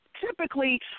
typically